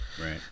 right